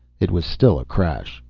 it was still a crash.